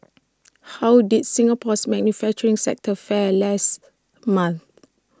how did Singapore's manufacturing sector fare last month